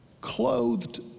Clothed